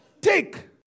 Take